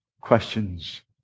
questions